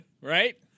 right